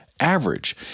average